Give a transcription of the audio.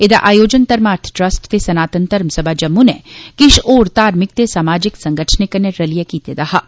एहदा आयोजन धर्मार्थ ट्रस्ट ते सनातन धर्मसभा जम्मू नै किश होर धार्मिक ते सामाजिक संगठनें कन्नै रलियै कीते दा हा